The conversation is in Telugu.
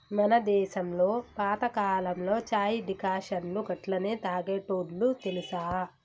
మన దేసంలో పాతకాలంలో చాయ్ డికాషన్ను గట్లనే తాగేటోల్లు తెలుసా